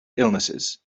illnesses